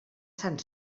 sant